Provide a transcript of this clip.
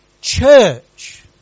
church